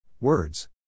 Words